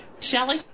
Shelly